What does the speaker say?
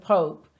Pope